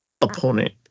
opponent